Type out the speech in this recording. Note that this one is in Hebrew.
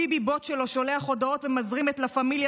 הביבי-בוט שלו שולח הודעות ומזרים את לה פמיליה